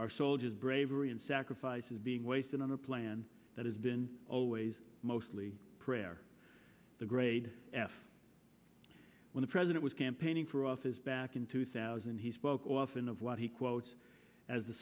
our soldiers bravery and sacrifice is being wasted on a plan that has been always mostly prayer the grade f when the president was campaigning for office back in two thousand he spoke often of what he quotes as the